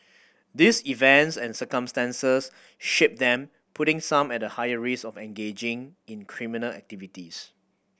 these events and circumstances shape them putting some at a higher risk of engaging in criminal activities